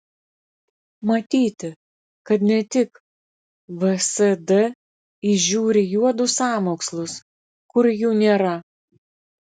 matyti kad ne tik vsd įžiūri juodus sąmokslus kur jų nėra